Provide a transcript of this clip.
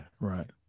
right